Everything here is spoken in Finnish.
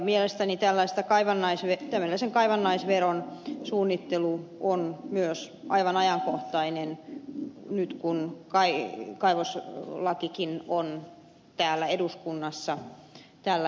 mielestäni tällaisen kaivannaisveron suunnittelu on myös aivan ajankohtainen nyt kun kaivoslakikin on täällä eduskunnassa tällä hetkellä